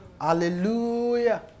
Hallelujah